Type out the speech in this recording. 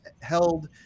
held